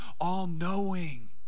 all-knowing